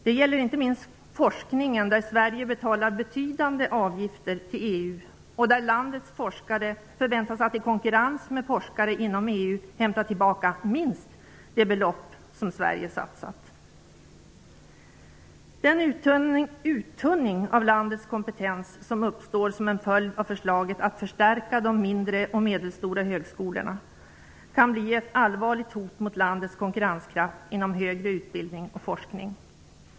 Det gäller inte minst forskningen, där Sverige betalar betydande avgifter till EU och där landets forskare förväntas att i konkurrens med forskare inom EU hämta tillbaka minst det belopp som Sverige satsat. Den uttunning av landets kompetens som uppstår till följd av förslaget att förstärka de mindre och medelstora högskolorna kan bli ett allvarligt hot mot landets konkurrenskraft inom högre utbildning och forskning.